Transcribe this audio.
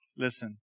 Listen